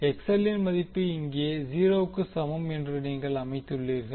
XL ன் மதிப்பு இங்கே 0 க்கு சமம் என்று நீங்கள் அமைத்துள்ளீர்கள்